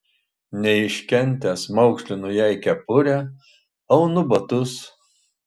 neiškentęs maukšlinu jai kepurę aunu batus